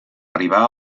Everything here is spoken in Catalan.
arribar